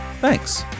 Thanks